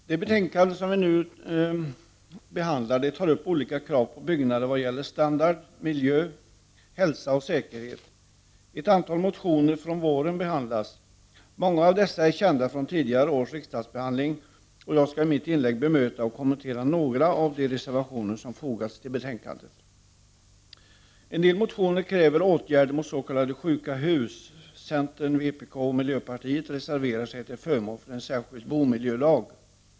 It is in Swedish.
Herr talman! I det betänkande som vi nu behandlar tar man upp olika krav på byggnader vad gäller standard, miljö, hälsa och säkerhet. Ett antal motioner från i våras behandlas. Många av dessa är kända från tidigare års riksdagsbehandling. Jag skall i mitt inlägg bemöta och kommentera några av de reservationer som har fogats till betänkandet. I en del motioner krävs åtgärder mot s.k. sjuka hus. Centern, vpk och miljöpartiet reserverar sig till förmån för en särskild bomiljölag.